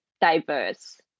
diverse